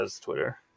twitter